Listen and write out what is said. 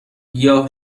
گیاه